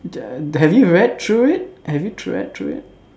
the have you read through it have you read through it